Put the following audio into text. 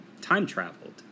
time-traveled